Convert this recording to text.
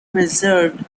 preserved